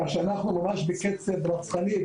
כך שאנחנו ממש בקצב רצחני.